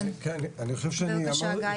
אני חושב --- בבקשה גיא,